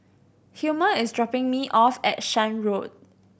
Hilmer is dropping me off at Shan Road